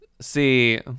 See